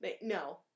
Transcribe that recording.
No